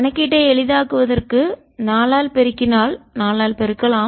கணக்கீட்டை எளிதாக்குவதற்கு 4 ஆல் பெருக்கினால் 4 ஆல் பெருக்கலாம்